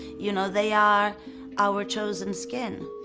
you know, they are our chosen skin.